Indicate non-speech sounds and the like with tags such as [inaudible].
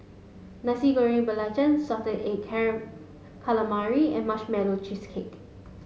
Nasi Goreng Belacan salted egg [unintelligible] calamari and marshmallow cheesecake